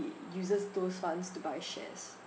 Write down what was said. uses those funds to buy shares